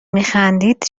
میخندید